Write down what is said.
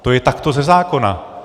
To je takto ze zákona.